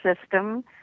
system